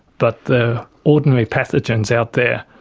but the ordinary pathogens out there,